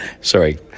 Sorry